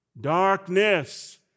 Darkness